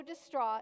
distraught